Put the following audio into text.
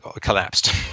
collapsed